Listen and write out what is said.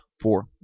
four